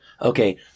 okay